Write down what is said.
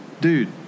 dude